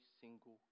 single